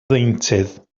ddeintydd